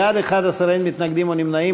11 בעד, אין מתנגדים או נמנעים.